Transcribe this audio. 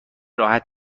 راحت